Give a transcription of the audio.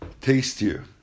tastier